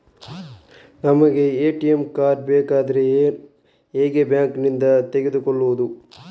ನಮಗೆ ATM card ಬೇಕಾದ್ರೆ ಹೇಗೆ ಬ್ಯಾಂಕ್ ನಿಂದ ತೆಗೆದುಕೊಳ್ಳುವುದು?